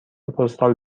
پستال